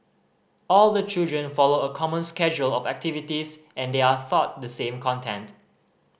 all the children follow a common schedule of activities and they are thought the same content